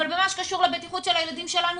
אבל במה שקשור לבטיחות של הילדים שלנו